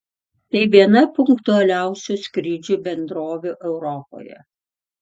tai viena punktualiausių skrydžių bendrovių europoje